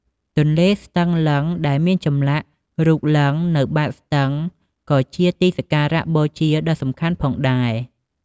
ទន្លេស្ទឹងលិង្គ ដែលមានឆ្លាក់រូបលិង្គនៅបាតស្ទឹង ក៏ជាទីសក្ការៈបូជាដ៏សំខាន់ផងដែរ។